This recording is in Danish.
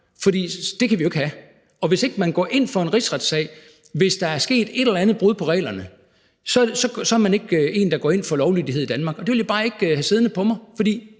for det kan vi jo ikke have; og at hvis man ikke går ind for en rigsretssag, når der er sket et eller andet brud på reglerne, så går man ikke ind for lovlydighed i Danmark. Det vil jeg bare ikke have siddende på DF,